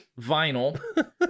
Vinyl